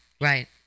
Right